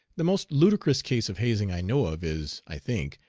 the most ludicrous case of hazing i know of is, i think,